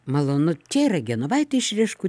malonu čia yra genovaitė iš riškų